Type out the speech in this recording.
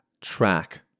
track